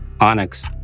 Onyx